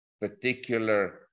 particular